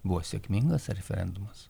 buvo sėkmingas referendumas